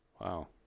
Wow